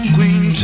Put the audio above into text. Queen